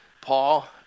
Paul